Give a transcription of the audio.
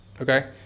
okay